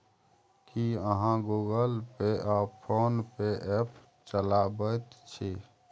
की अहाँ Google Pay आ PhonePe app चलाबैत छी?